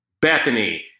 Bethany